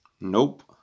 Nope